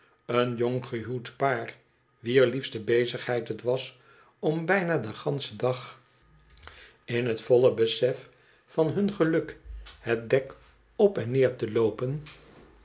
een jonggehuwd paar wier liefste bezigheid het was om bijna den ganschen dag een reiziger die geen handel drijft in het volle besef van hun geluk het dek op en neer te loopen